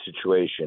situation